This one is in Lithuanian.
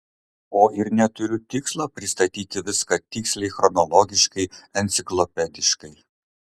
o ir neturiu tikslo pristatyti viską tiksliai chronologiškai enciklopediškai